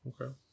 Okay